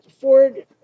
Ford